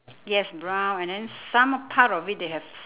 yes brown and then some part of it they have s~